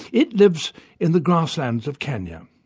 it lives in the grasslands of kenya.